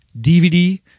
DVD